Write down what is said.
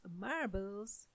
marbles